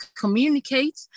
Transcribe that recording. communicate